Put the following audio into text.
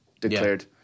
declared